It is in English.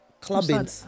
clubbing